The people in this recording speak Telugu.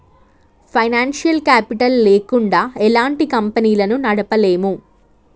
ఫైనాన్సియల్ కేపిటల్ లేకుండా ఎలాంటి కంపెనీలను నడపలేము